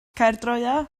caerdroea